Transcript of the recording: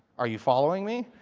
are you following me?